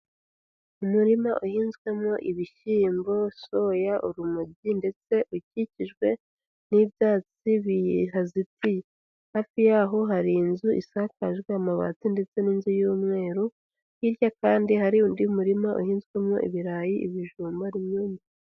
Umurima uhinzwemo ibishyiyimbo, soya, urumogi ndetse ukikijwe n'ibyatsi bihazetiye. Hafi yaho hari inzu isakajwe amabati ndetse n'inzu y'umweru, hirya kandi hari undi murima uhinzwemo ibirayi, ibijumba, n'ibindi.